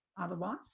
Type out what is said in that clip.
otherwise